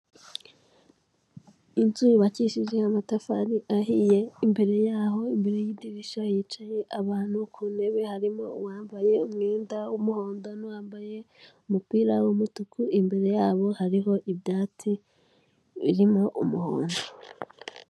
Inzu yubakishije amatafari ahiye, imbere yaho imbere y'idirishya hicaye abantu ku ntebe, harimo uwambaye umwenda w'umuhondo n'uwambaye umupira w'umutuku, imbere yabo hariho ibyatsi birimo umuhondo.